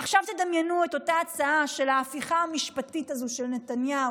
עכשיו תדמיינו את אותה הצעה של ההפיכה המשפטית הזאת של נתניהו